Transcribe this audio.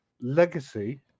Legacy